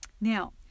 Now